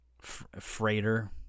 freighter